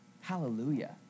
Hallelujah